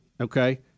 Okay